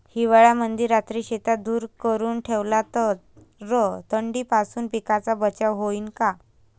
हिवाळ्यामंदी रात्री शेतात धुर करून ठेवला तर थंडीपासून पिकाचा बचाव होईन का?